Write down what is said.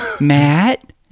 Matt